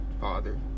father